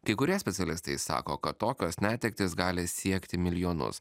kai kurie specialistai sako kad tokios netektys gali siekti milijonus